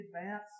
advance